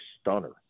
stunner